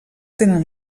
tenen